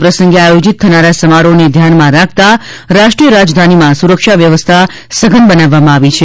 આ પ્રસંગે આયોજિત થનારા સમારોહને ધ્યાનમાં રાખતા રાષ્ટ્રીય રાજધાનીમાં સુરક્ષા વ્યવસ્થા સઘન બનાવવામાં આવી છે